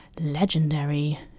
legendary